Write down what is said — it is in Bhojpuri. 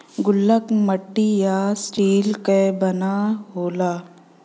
गुल्लक मट्टी या स्टील क बना होला